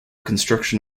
construction